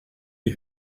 die